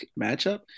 matchup